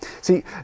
See